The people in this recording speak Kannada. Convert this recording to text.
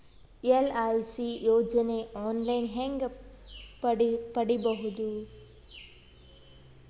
ಎಲ್.ಐ.ಸಿ ಯೋಜನೆ ಆನ್ ಲೈನ್ ಹೇಂಗ ಪಡಿಬಹುದು?